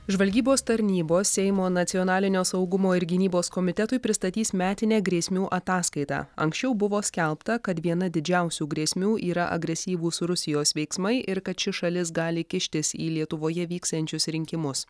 žvalgybos tarnybos seimo nacionalinio saugumo ir gynybos komitetui pristatys metinę grėsmių ataskaitą anksčiau buvo skelbta kad viena didžiausių grėsmių yra agresyvūs rusijos veiksmai ir kad ši šalis gali kištis į lietuvoje vyksiančius rinkimus